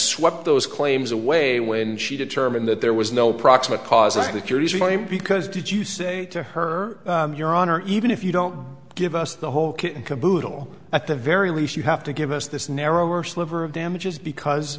swept those claims away when she determined that there was no proximate cause a security point because did you say to her your honor even if you don't give us the whole kit and caboodle at the very least you have to give us this narrower sliver of damages because